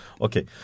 Okay